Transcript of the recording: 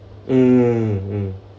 mm mm